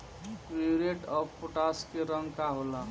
Muriate of potash के रंग का होला?